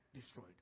destroyed